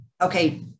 okay